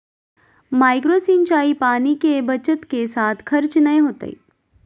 micro सिंचाई पानी के बचत के साथ खर्च नय होतय